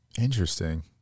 Interesting